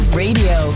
radio